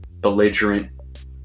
belligerent